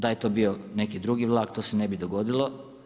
Da je to bio neki drugi vlak, to se ne bi dogodilo.